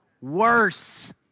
Worse